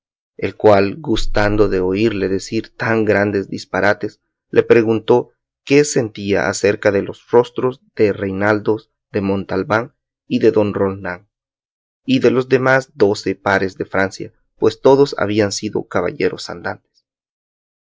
el cual gustando de oírle decir tan grandes disparates le preguntó que qué sentía acerca de los rostros de reinaldos de montalbán y de don roldán y de los demás doce pares de francia pues todos habían sido caballeros andantes